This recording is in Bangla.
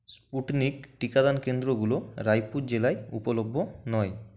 স্পুটনিক টিকাদান কেন্দ্রগুলো রায়পুর জেলায় উপলভ্য নয়